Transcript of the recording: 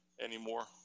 anymore